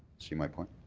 see my point?